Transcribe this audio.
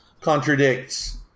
contradicts